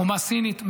חומה סינית,